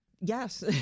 Yes